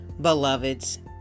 beloveds